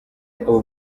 abo